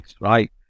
right